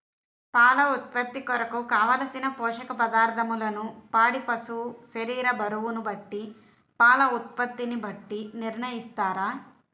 పాల ఉత్పత్తి కొరకు, కావలసిన పోషక పదార్ధములను పాడి పశువు శరీర బరువును బట్టి పాల ఉత్పత్తిని బట్టి నిర్ణయిస్తారా?